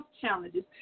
challenges